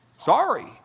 sorry